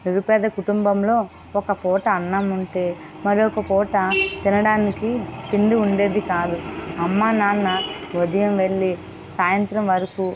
నిరుపేద కుటుంబంలో ఒక పూట అన్నం ఉంటే మరొక పూట తినడానికి తిండి ఉండేది కాదు అమ్మ నాన్న ఉదయం వెళ్ళి సాయంత్రం వరకు